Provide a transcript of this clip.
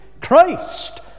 Christ